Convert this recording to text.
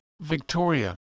Victoria